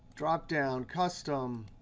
dropdown, custom.